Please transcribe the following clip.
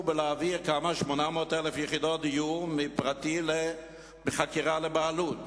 עכשיו בהעברת 800,000 יחידות דיור מחכירה לבעלות.